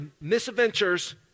misadventures